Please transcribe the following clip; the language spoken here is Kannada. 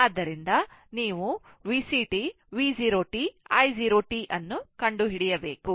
ಆದ್ದರಿಂದ ನೀವು VCt V 0 t i 0 t ಅನ್ನು ಕಂಡುಹಿಡಿಯಬೇಕು